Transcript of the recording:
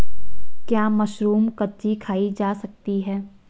क्या मशरूम कच्ची खाई जा सकती है?